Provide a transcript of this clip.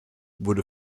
wurde